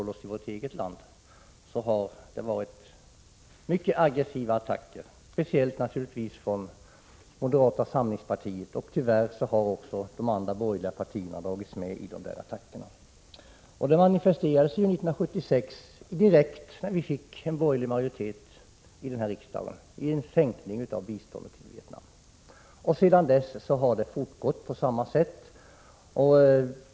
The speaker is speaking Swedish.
Attackerna har varit mycket aggressiva, speciellt naturligtvis från moderata samlingspartiet. Tyvärr har också de andra borgerliga partierna dragits med i dessa attacker. Detta manifesterades 1976, direkt när vi fick en borgerlig majoritet i riksdagen, genom en sänkning av biståndet till Vietnam. Sedan har det fortgått på samma sätt.